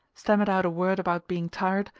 stammered out a word about being tired,